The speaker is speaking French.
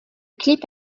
clip